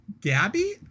Gabby